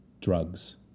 drugs